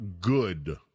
good